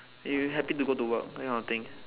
you happy to go to work that kind of thing